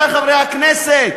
וזה עובר ככה מתחת לרדאר.